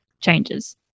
changes